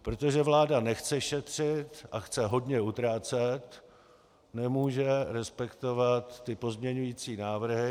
Protože vláda nechce šetřit a chce hodně utrácet, nemůže respektovat pozměňovací návrhy.